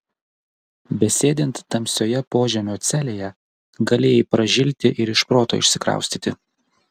besėdint tamsioje požemio celėje galėjai pražilti ir iš proto išsikraustyti